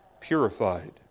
Purified